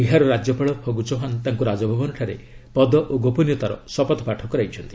ବିହାର ରାଜ୍ୟପାଳ ଫଗୁ ଚୌହାନ ତାଙ୍କୁ ରାଜଭବନ ଠାରେ ପଦ ଓ ଗୋପନୀୟତାର ଶପଥପାଠ କରାଇଛନ୍ତି